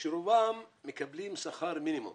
ורובם מקבלים שכר מינימום